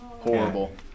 Horrible